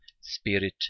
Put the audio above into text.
spirit